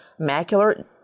Macular